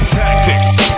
tactics